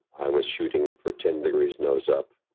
i was shooting for ten degrees nose up.